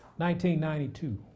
1992